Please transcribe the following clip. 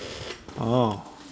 orh